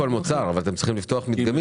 לא לפתוח כל מוצר אבל אתם צריכים לפתוח מדגמית.